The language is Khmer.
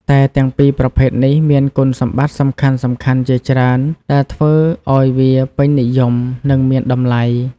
តែទាំងពីរប្រភេទនេះមានគុណសម្បត្តិសំខាន់ៗជាច្រើនដែលធ្វើឱ្យវាពេញនិយម និងមានតម្លៃ។